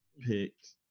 picked